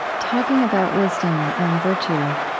talking about wisdom and virtue,